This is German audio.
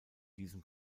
diesem